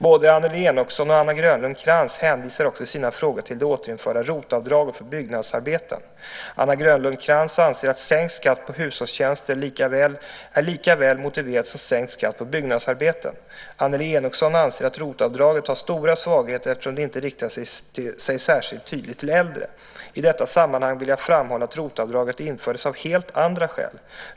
Både Annelie Enochson och Anna Grönlund Krantz hänvisar också i sina frågor till det återinförda ROT-avdraget för byggnadsarbeten. Anna Grönlund Krantz anser att sänkt skatt på hushållstjänster är lika väl motiverat som sänkt skatt på byggnadsarbeten. Annelie Enochson anser att ROT-avdraget har stora svagheter eftersom det inte riktar sig särskilt tydligt till äldre. I detta sammanhang vill jag framhålla att ROT-avdraget infördes av helt andra skäl.